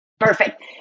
Perfect